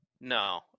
no